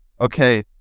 okay